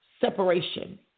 separation